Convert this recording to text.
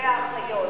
לגבי האחיות,